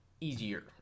easier